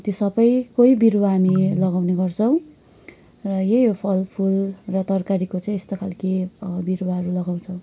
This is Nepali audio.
त्यो सबैकै बिरुवा हामी लगाउने गर्छौँ र यही हो फलफुल र तरकारीको चाहिँ यस्तो खालके बिरुवाहरू लगाउँछौँ